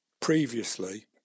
previously